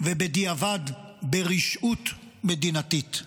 ובדיעבד, ברשעות מדינתית.